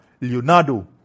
Leonardo